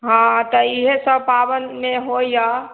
हँ तऽ इएह सभ पाबनिमे होइए